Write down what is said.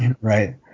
right